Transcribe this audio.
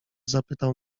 zapytał